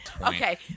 Okay